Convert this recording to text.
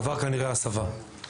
עבר כנראה הסבה,